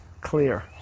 clear